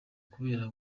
kubera